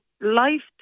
life